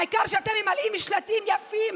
העיקר שאתם ממלאים שלטים יפים